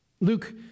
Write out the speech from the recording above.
Luke